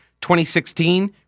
2016